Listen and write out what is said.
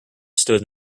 stood